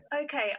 Okay